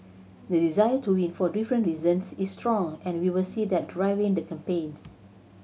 the desire to win for different reasons is strong and we will see that driving the campaigns